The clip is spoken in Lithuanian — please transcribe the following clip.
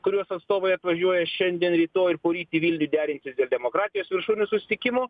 kurios atstovai atvažiuoja šiandien rytoj ir poryt į vilnių derintis dėl demokratijos viršūnių susitikimo